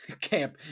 camp